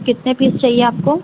कितने पीस चाहिए आपको